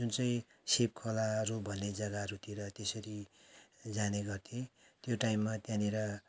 जुन चाहिँ शिव खोलाहरू भन्ने जग्गाहरूतिर त्यसरी जाने गर्थे त्यो टाइममा त्यहाँनिर